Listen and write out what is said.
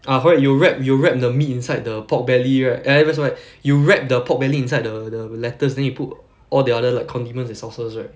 I heard you wrap you wrap the meat inside the pork belly right you warp the pork belly inside the the lettuce then you put all the other like condiments and sauces right